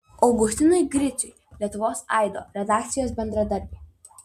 augustinui griciui lietuvos aido redakcijos bendradarbiai